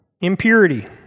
Impurity